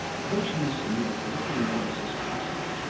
approaching the scene with as little noise as possible,